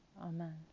Amen